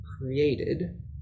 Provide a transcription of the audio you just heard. created